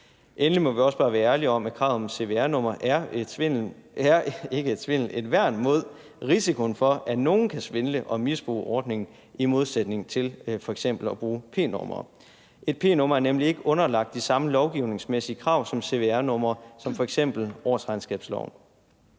Endelig må vi også bare være ærlige om, at kravet om cvr-nummer er et værn mod risikoen for, at nogle kan svindle og misbruge ordningen, i modsætning til f.eks. at bruge p-numre. Et p-nummer er nemlig ikke underlagt de samme lovgivningsmæssige krav som cvr-numre som f.eks. årsregnskabsloven.